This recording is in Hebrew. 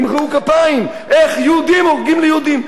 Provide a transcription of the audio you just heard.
ימחאו כפיים איך יהודים הורגים יהודים?